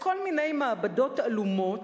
לכל מיני מעבדות עלומות.